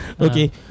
Okay